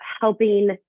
helping